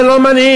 זה לא מנהיג.